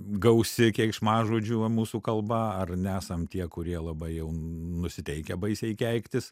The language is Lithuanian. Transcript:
gausi keiksmažodžių va mūsų kalba ar nesam tie kurie labai jau nusiteikę baisiai keiktis